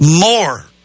more